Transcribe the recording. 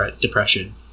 Depression